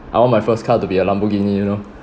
I want my first car to be a lamborghini you know